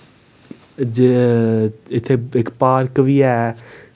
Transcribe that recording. जो इत्थै इक पार्क बी ऐ